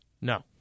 No